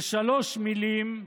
ובשלוש מילים: